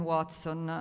Watson